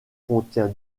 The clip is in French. contient